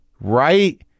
right